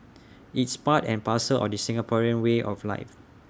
it's part and parcel of the Singaporean way of life